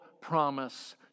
promise